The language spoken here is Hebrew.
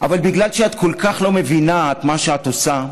אבל בגלל שאת כל כך לא מבינה את מה שאת עושה,